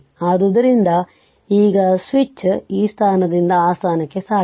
ಆದ್ದರಿಂದ ಈಗ ಸ್ವಿಚ್ ಈ ಸ್ಥಾನದಿಂದ ಆ ಸ್ಥಾನಕ್ಕೆ ಸಾಗಿದೆ